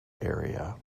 area